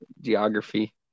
Geography